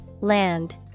Land